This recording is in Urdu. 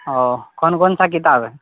اوہ کون کون سا کتاب ہے